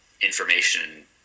information